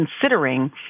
considering